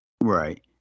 Right